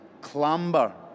clamber